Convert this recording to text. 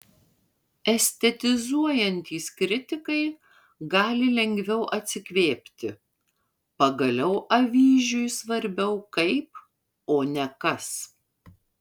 estetizuojantys kritikai gali lengviau atsikvėpti pagaliau avyžiui svarbiau kaip o ne kas